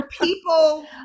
people